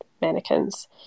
Mannequins